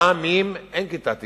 גם אם אין כיתה תקנית,